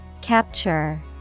Capture